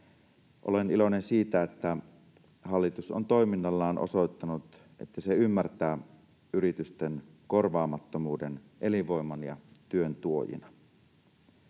Olen iloinen siitä, että hallitus on toiminnallaan osoittanut, että se ymmärtää yritysten korvaamattomuuden elinvoiman ja työn tuojina.